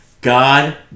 god